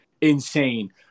insane